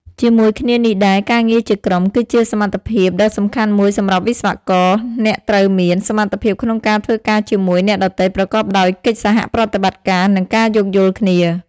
ជាមួយគ្នានេះដែរការងារជាក្រុម គឺជាសមត្ថភាពដ៏សំខាន់មួយសម្រាប់វិស្វករ អ្នកត្រូវមាន សមត្ថភាពក្នុងការធ្វើការជាមួយអ្នកដទៃប្រកបដោយកិច្ចសហប្រតិបត្តិការ និងការយោគយល់គ្នា។